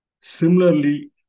similarly